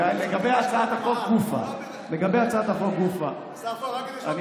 ולגבי הצעת החוק גופה --- אם אפשר לעזור לך בעובדות.